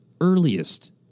earliest